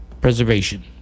preservation